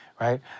right